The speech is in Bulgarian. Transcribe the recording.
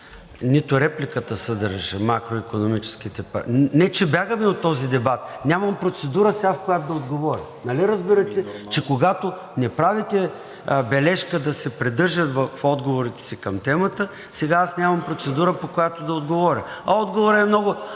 нито репликата съдържаше. Не че бягаме от този дебат, нямам процедура сега, на която да отговоря. Нали разбирате, че когато не правите бележка да се придържат в отговорите си към темата, сега аз нямам процедура, по която да отговоря. А отговорът е много